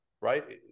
right